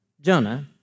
Jonah